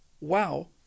wow